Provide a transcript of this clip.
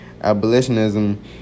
Abolitionism